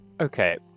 Okay